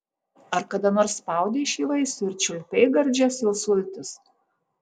ar kada nors spaudei šį vaisių ir čiulpei gardžias jo sultis